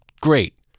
great